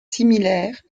similaires